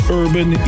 urban